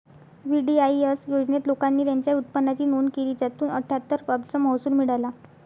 VDIS योजनेत, लोकांनी त्यांच्या उत्पन्नाची नोंद केली, ज्यातून अठ्ठ्याहत्तर अब्ज महसूल मिळाला